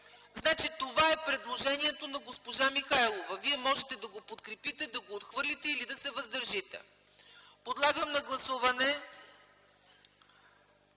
Това е предложението на госпожа Михайлова. Вие можете да го подкрепите, да го отхвърлите или да се въздържите. Подлагам на гласуване